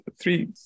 Three